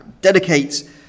dedicate